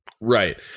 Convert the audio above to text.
right